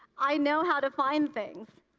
i know how to find things.